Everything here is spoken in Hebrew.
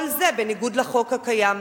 כל זה בניגוד לחוק הקיים,